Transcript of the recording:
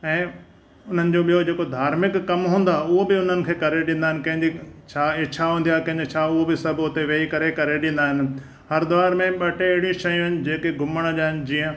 ऐं हुननि जो ॿियो जेको धार्मिक कमु हूंदा उहो बि हुननि खे करे ॾींदा इन कंहिंजी छा इच्छाऊं हूंदियूं आहे कंहिंजी छा उहे बि सभु उते वेही करे करे ॾींदा आहिनि हरिद्वार में ॿ टे अहिड़ियूं शयूं आहिनि जेके घुमण जा आहिनि जीअं